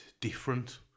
different